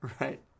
right